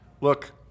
Look